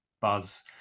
Buzz